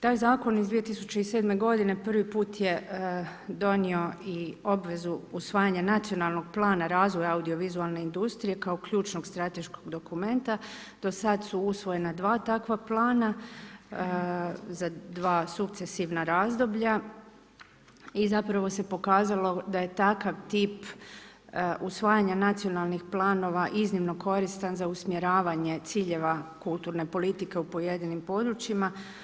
Taj zakon iz 2007. g. prvi put je donio i obvezu usvajanja nacionalnog plana razvoja audiovizualne industrije kao ključnog strateškog dokumenta, do sada su ustrojena 2 takva plana, za 2 sukcesivna razdoblja i zapravo se pokazalo da je takav tip usvajanje nacionalnih planova iznimno koristan za u smirivanja ciljeva kulturne politike u pojedinim područjima.